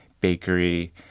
bakery